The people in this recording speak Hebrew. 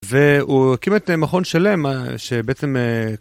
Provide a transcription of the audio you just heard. והוא הקים את המכון שלם שבעצם...